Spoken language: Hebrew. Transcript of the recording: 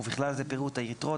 ובכלל זה פירוט היתרות,